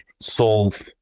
solve